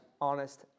honest